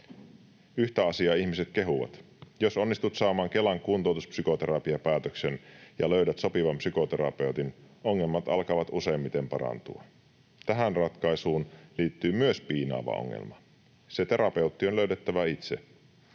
Yhtä asiaa ihmiset kehuvat: jos onnistut saamaan Kelan kuntoutuspsykoterapiapäätöksen ja löydät sopivan psykoterapeutin, ongelmat alkavat useimmiten parantua. Tähän ratkaisuun liittyy myös piinaava ongelma. Se terapeutti on löydettävä itse,